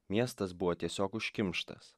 miestas buvo tiesiog užkimštas